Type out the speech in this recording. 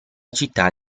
città